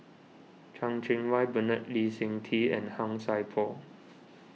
Chan Cheng Wah Bernard Lee Seng Tee and Han Sai Por